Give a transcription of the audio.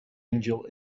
angel